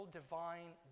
divine